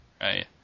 right